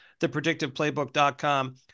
thepredictiveplaybook.com